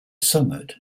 summit